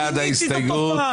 נצביע על הסתייגות 231. מי בעד?